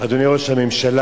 אדוני ראש הממשלה,